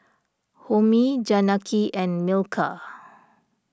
Homi Janaki and Milkha